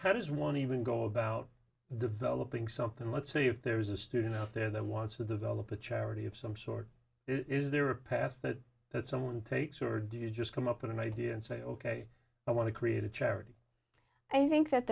how does one even go about developing something let's see if there is a student out there that wants to develop a charity of some sort is there a path that that someone takes or do you just come up with an idea and say ok i want to create a charity i think that